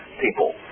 people